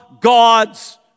God's